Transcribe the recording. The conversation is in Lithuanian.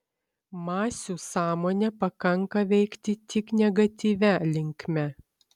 masių sąmonę pakanka veikti tik negatyvia linkme